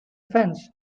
fence